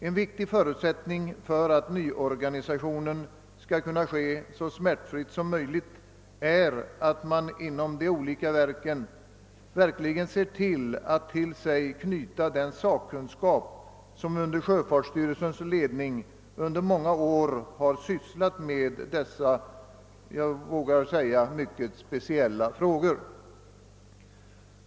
En viktig förutsättning för att nyorganisationen skall kunna gå så smärtfritt som möjligt är att man inom de olika verken verkligen ser till att man till sig knyter den sakkunskap, som under sjöfartsstyrelsens ledning under många år har sysslat med dessa, jag vågar säga mycket speciella frågor.